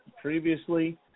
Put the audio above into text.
previously